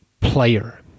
player